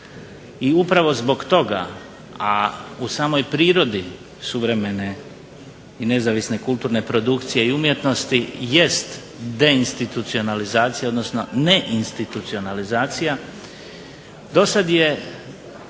i upravo zbog toga a u samoj prirodi suvremene i nezavisne kulturne produkcije i umjetnosti jest deinstitucionalizacije odnosno ne institucionalizacija, do sada je